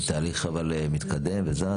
אבל זה תהליך שמתקדם וזז?